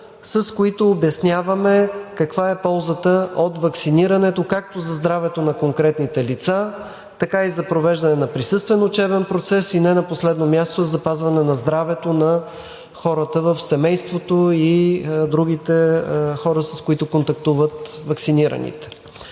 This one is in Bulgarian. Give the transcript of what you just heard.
с които обясняваме каква е ползата от ваксинирането както за здравето на конкретните лица, така и за провеждане на присъствен учебен процес и не на последно място, за запазване на здравето на хората в семейството и другите хора, с които контактуват ваксинираните.